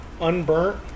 unburnt